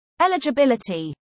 Eligibility